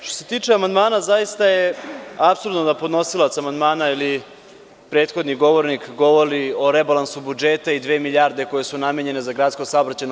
Što se tiče amandmana, zaista je apsurdno da podnosilac amandmana ili prethodni govornik govori o rebalansu budžeta i dve milijarde koje su namenjene za GSP.